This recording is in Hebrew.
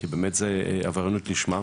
כי זו עבריינות לשמה.